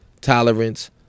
tolerance